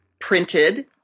printed